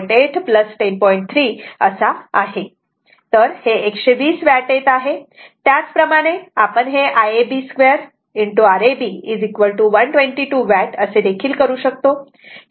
तर हे 120 वॅट येत आहे त्याच प्रमाणे आपण हे Iab 2 Rab 122 वॅट असे देखील करू शकतो